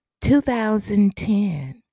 2010